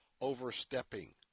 overstepping